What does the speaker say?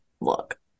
Look